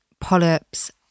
polyps